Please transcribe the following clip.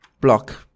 block